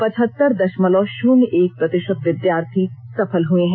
पचहत्तर दषमलव शून्य एक प्रतिषत विद्यार्थी सफल हुए हैं